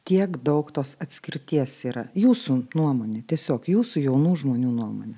tiek daug tos atskirties yra jūsų nuomone tiesiog jūsų jaunų žmonių nuomone